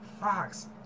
Fox